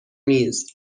میز